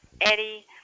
Eddie